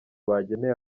bageneye